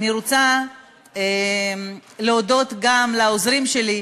אני רוצה להודות גם לעוזרים שלי,